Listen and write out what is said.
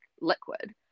liquid